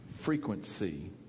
frequency